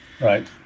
Right